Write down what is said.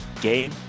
game